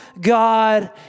God